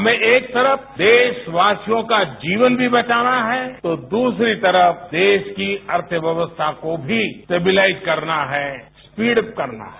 हमें एक तरफ देशवासियों का जीवन भी बचाना है तो दूसरी तरफ देश की अर्थव्यवस्था को भी स्टेबुलाइज करना है स्पीडअप करना है